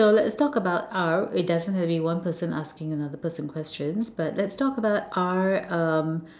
uh let's talk about our it doesn't have to be one person asking another person question but let's talk about our um